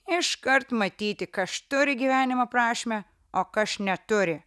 iškart matyti kas turi gyvenimo prasmę o kas neturi